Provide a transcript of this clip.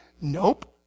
Nope